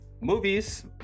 movies